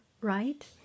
right